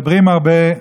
מדברים הרבה,